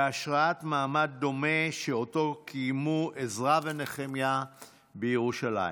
בהשראת מעמד דומה שאותו קיימו עזרא ונחמיה בירושלים.